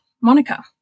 Monica